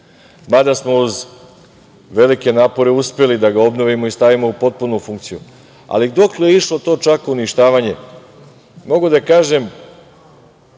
mada smo uz velike napore uspeli da ga obnovimo i stavimo u potpunu funkciju. Ali, dokle je išlo čak to uništavanje, mogu da kažem